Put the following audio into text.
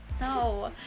No